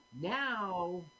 now